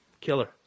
Killer